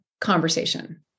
conversation